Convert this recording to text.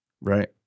right